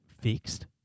fixed